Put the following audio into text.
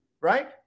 Right